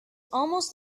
almost